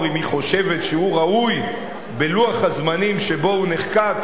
אם היא חושבת שראוי בלוח הזמנים שבו הוא נחקק,